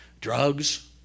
Drugs